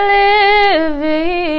living